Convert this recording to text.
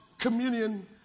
communion